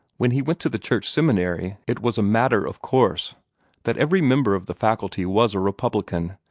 when he went to the church seminary, it was a matter of course that every member of the faculty was a republican,